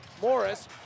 Morris